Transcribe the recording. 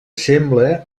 sembla